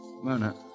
Mona